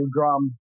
drum